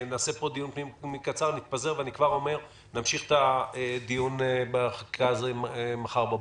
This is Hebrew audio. נמשיך את הדיון בחקיקה הזאת מחר בבוקר.